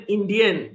Indian